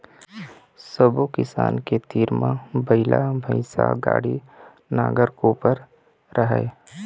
सब्बो किसान के तीर म बइला, भइसा, गाड़ी, नांगर, कोपर राहय